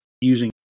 using